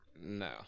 No